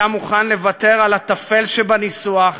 היה מוכן לוותר על הטפל שבניסוח,